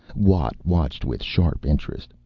watt watched with sharp interest.